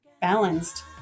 balanced